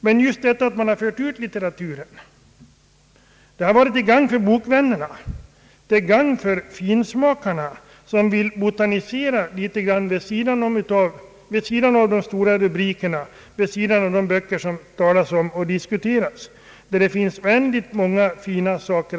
Att svensk bokhandel på bred front fört ut litteraturen till allmänheten har varit till gagn för bokvännerna och finsmakarna som gärna vill botanisera vid sidan av de böcker som står i centrum för diskussionen. Det finns oändligt mycket fin litteratur att söka rätt på vid sidan av den stora allfarvägen.